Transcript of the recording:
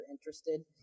interested